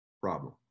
Problem